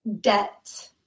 debt